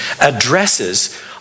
addresses